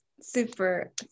super